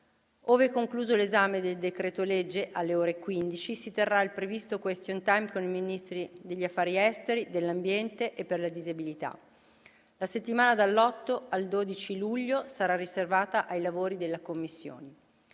Ove concluso l'esame del decreto-legge, alle ore 15, si terrà il previsto *question time* con i Ministri degli affari esteri, dell'ambiente e per le disabilità. La settimana dall'8 al 12 luglio sarà riservata ai lavori delle Commissioni.